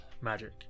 magic